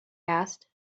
asked